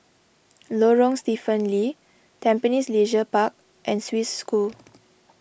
Lorong Stephen Lee Tampines Leisure Park and Swiss School